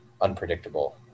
unpredictable